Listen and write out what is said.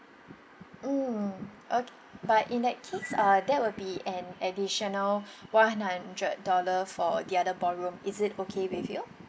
mm o~ but in that case uh that would be an additional one hundred dollar for the other ballroom is it okay with you